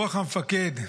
רוח המפקד,